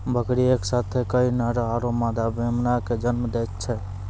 बकरी एक साथ कई नर आरो मादा मेमना कॅ जन्म दै छै